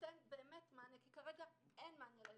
וייתן באמת מענה, כי כרגע אין מענה לילדים החולים.